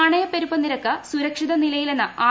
നാണയപെരുപ്പ നിരക്ക് സുരക്ഷിത നിലയിലെന്ന് ആർ